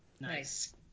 Nice